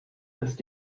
ist